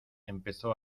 empezó